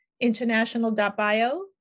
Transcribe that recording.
International.bio